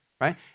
Right